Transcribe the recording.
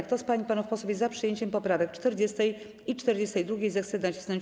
Kto z pań i panów posłów jest za przyjęciem poprawek 40. i 42., zechce nacisnąć